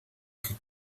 que